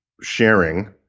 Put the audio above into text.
sharing